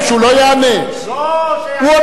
לא יעזור לכם,